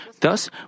thus